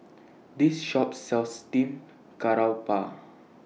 This Shop sells Steamed Garoupa